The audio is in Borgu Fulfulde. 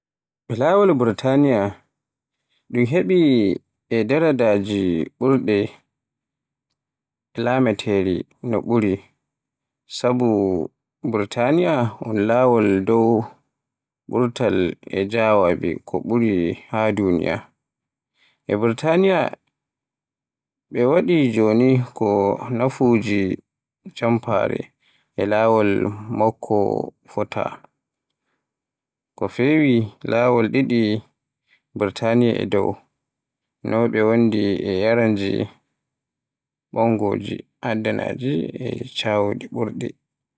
Ɓe laawol Birtaniya, ɗum heddii e darajaaji ɓurɗe e laamateeri no ɓuri, sabu Amerk on laawol dow ɓurtal e jeyaaɓe no ɓuri ha duniya. E Birtaniya, ɓe waɗi jooni ko nafagude, jamfaare, e laawol makko fota. Ko feewi laawol ɗiɗi e Burtaniya e ɗoo, no ɓe wondi e yareji, ɓanggudeji, addinaaji e carwooji ɓurɗe.